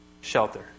shelter